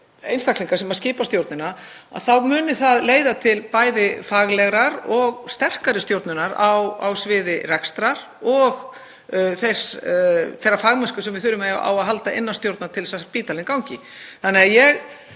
einstaklingar sem skipa stjórnina, þá muni það leiða til faglegrar og sterkari stjórnunar á sviði rekstrar og þeirrar fagmennsku sem við þurfum á að halda innan stjórnar til að spítalinn gangi. Þannig að ég